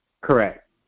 Correct